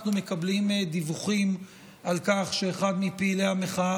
אנחנו מקבלים דיווחים על כך שאחד מפעילי המחאה